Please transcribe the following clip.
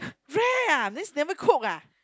rare ah means never cook ah